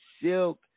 Silk